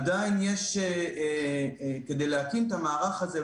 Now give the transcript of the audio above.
עדיין כדי להקים את המערך הזה,